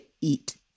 eat